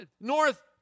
north